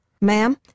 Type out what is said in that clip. Ma'am